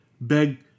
beg